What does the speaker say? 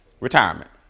retirement